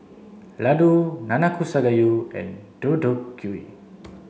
Ladoo Nanakusa gayu and Deodeok gui